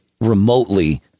remotely